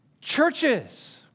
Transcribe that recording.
churches